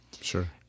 Sure